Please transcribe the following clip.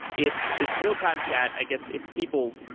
it's this real-time chat, i guess if people